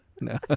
No